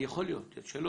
יכול להיות שלא,